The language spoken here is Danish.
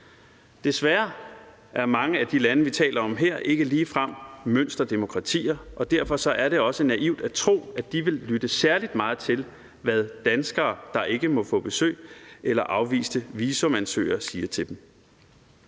Desværre er mange af de lande, vi taler om her, ikke ligefrem mønsterdemokratier, og derfor er det også naivt at tro, at de vil lytte særlig meget til, hvad danskere, der ikke må få besøg, eller afviste visumansøgere siger til dem.